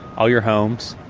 all your homes,